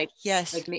Yes